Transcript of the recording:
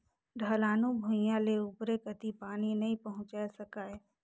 ढलानू भुइयां ले उपरे कति पानी नइ पहुचाये सकाय